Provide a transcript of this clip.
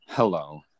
Hello